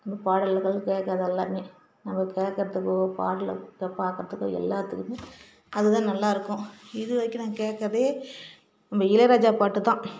இந்த பாடல்கள் கேட்கறது எல்லாமே நம்ம கேட்கறதுக்கோ பாடலை பார்க்கறதுக்கோ எல்லாத்துக்குமே அது தான் நல்லா இருக்கும் இதுவரைக்கும் நான் கேட்கதே நம்ப இளையராஜா பாட்டு தான்